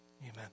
Amen